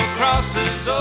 crosses